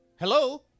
Hello